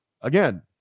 again